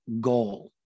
goal